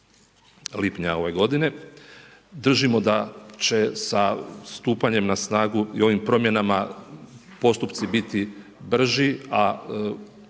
lipnja ove godine. Držimo da će se stupanjem na snagu i ovim promjenama postupci biti brži,